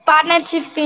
Partnership